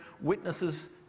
witnesses